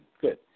good